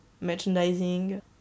merchandising